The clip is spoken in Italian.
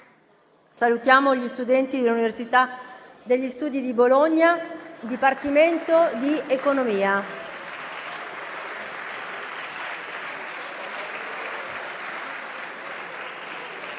gli studenti dell'Università degli studi di Bologna, Dipartimento di economia.